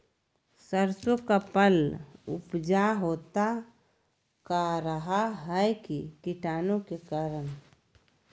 सरसो का पल उजला होता का रहा है की कीटाणु के करण?